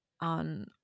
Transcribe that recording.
on